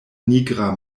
nigra